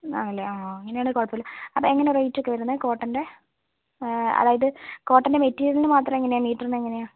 ആണല്ലേ ആ അങ്ങനെയാണെങ്കിൽ കുഴപ്പമില്ല എങ്ങനെയാണ് റേറ്റ് ഒക്കെ വരുന്നത് കോട്ടൻ്റെ അതായത് കോട്ടൻ്റെ മെറ്റീരിയലിന് മാത്രം എങ്ങനെയാണ് മീറ്ററിന് എങ്ങനെയാണ്